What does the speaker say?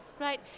right